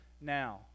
now